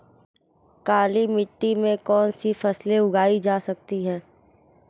काली मिट्टी में कौनसी फसलें उगाई जा सकती हैं?